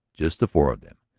just the four of them,